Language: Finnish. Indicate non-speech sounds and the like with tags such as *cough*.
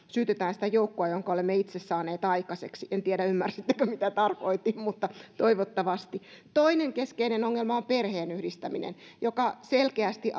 *unintelligible* syytetään sitä joukkoa jonka olemme itse saaneet aikaiseksi en tiedä ymmärsittekö mitä tarkoitin mutta toivottavasti toinen keskeinen ongelma on perheenyhdistäminen joka selkeästi *unintelligible*